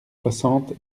soixante